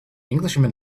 englishman